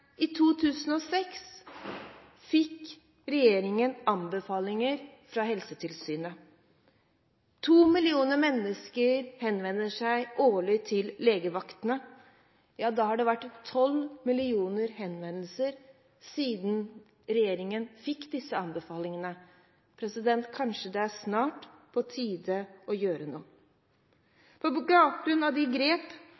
I 2006 fikk regjeringen anbefalinger fra Helsetilsynet. To millioner mennesker henvender seg årlig til legevaktene. Da har det vært 12 millioner henvendelser siden regjeringen fikk disse anbefalingene. Kanskje det snart er på tide å gjøre